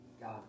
God